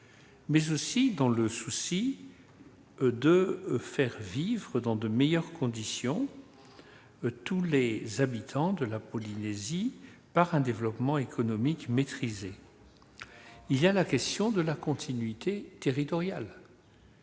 mais aussi avec le souci de faire vivre dans de meilleures conditions l'ensemble des Polynésiens grâce à un développement économique maîtrisé. Se pose la question de la continuité territoriale.